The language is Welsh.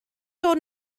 dod